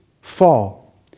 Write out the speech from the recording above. fall